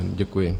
Děkuji.